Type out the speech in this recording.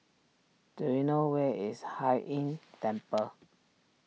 do you know where is Hai Inn Temple